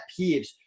peeves